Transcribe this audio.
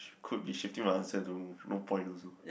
could be shifting my answer to no point also